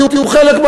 תהיו חלק,